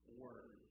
word